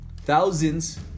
thousands